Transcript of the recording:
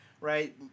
right